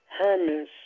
Hermes